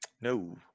No